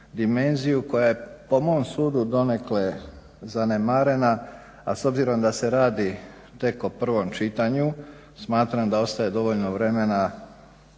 dimenziju koja je po mom sudu donekle zanemarena, a s obzirom da se radi tek o prvom čitanju smatram da ostaje dovoljno vremena